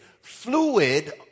Fluid